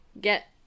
get